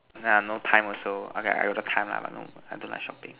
nah no time also okay I got the time lah but no I don't like shopping